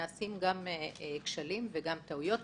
נעשים גם כשלים וגם טעויות.